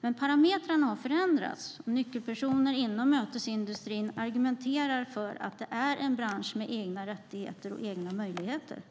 Men parametrarna har förändrats, och nyckelpersoner inom mötesindustrin argumenterar för att det är en bransch med egna rättigheter och egna möjligheter.